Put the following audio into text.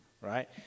right